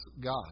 God